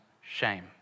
shame